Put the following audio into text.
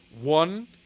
one